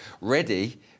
ready